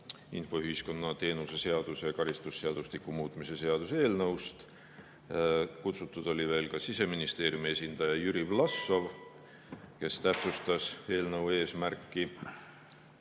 infoühiskonna teenuse seaduse ja karistusseadustiku muutmise seaduse eelnõust. Kutsutud oli veel Siseministeeriumi esindaja Jüri Vlassov, kes täpsustas eelnõu eesmärki.